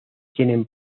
tienen